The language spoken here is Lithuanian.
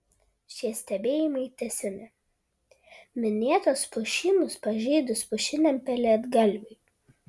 šie stebėjimai tęsiami minėtus pušynus pažeidus pušiniam pelėdgalviui